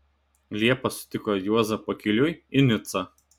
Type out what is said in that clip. liepą sutiko juozą pakeliui į nicą